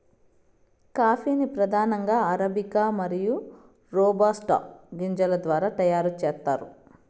coffee ను ప్రధానంగా arabica మరియు రోబస్టా గింజల ద్వారా తయారు చేత్తారు